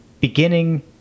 beginning